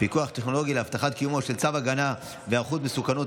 טכנולוגי להבטחת קיומו של צו הגנה והערכת מסוכנות,